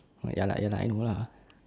ya lah ya lah I know lah